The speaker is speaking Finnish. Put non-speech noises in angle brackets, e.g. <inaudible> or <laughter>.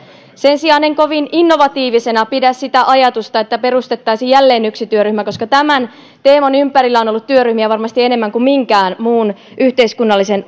sen sijaan en kovin innovatiivisena pidä sitä ajatusta että perustettaisiin jälleen yksi työryhmä koska tämän teeman ympärillä on ollut työryhmiä varmasti enemmän kuin minkään muun yhteiskunnallisen <unintelligible>